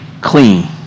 clean